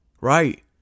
Right